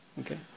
Okay